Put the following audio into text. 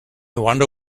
wonder